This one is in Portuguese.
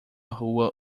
rua